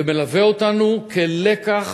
ומלווה אותנו כלקח